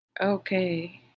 Okay